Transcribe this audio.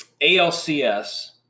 ALCS